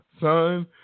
son